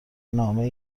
نامه